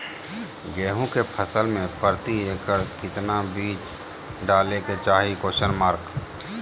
गेहूं के फसल में प्रति एकड़ कितना बीज डाले के चाहि?